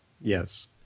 Yes